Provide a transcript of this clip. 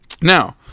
Now